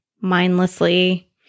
mindlessly